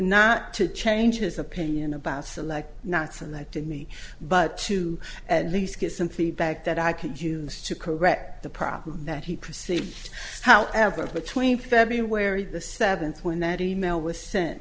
not to change his opinion about select not selected me but to at least get some feedback that i could use to correct the problem that he proceeded however between february the seventh when that e mail was sent